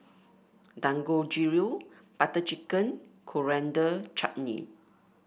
Dangojiru Butter Chicken and Coriander Chutney